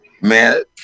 Man